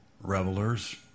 revelers